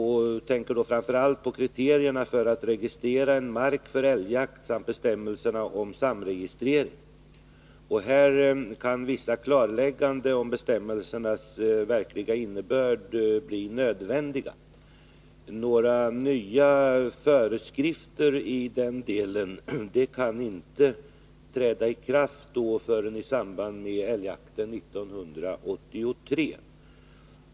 Jag tänker framför allt på kriterierna för att registrera mark för älgjakt samt bestämmelserna om samregistrering. Här kan vissa klarlägganden om bestämmelsernas verkliga innebörd bli nödvändiga. Några nya föreskrifter i den delen kan inte träda i kraft förrän i samband med älgjakten 1983.